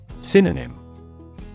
Synonym